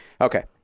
okay